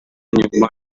nyuma